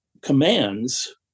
commands